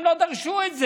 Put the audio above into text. הם לא דרשו את זה.